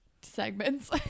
segments